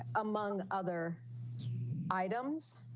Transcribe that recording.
among other items.